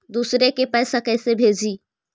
दुसरे के पैसा कैसे भेजी?